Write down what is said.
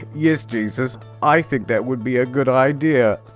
yes, jesus. i think that would be a good idea!